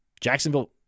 Jacksonville